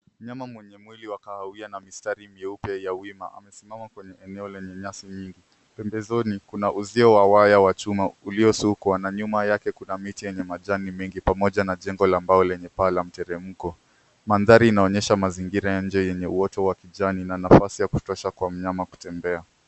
Mnyama mwenye mwili wa kahawia na mistari mieupe ya wima amesimama kwenye eneo lenye nyasi nyingi. Pembezoni kuna uzio wa waya wa chuma uliosukwa na nyuma yake kuna miti yenye majani mengi pamoja na jengo la mbao lenye paa la mteremko. Mandhari inaonyesha mazingira ya nje yenye uoto wa kijani na nafasi ya kutosha kwa mnyama kutembea.